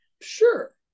sure